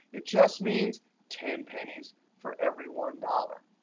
it just means ten pennies for every one dollar.